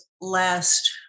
last